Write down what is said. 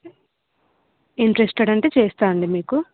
interested అంటే చేస్తాను అండి మీకు